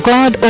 God